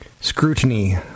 Scrutiny